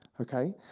Okay